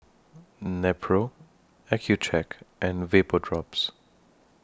Nepro Accucheck and Vapodrops